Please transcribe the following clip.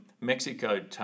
Mexico